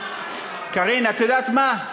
את יודעת מה,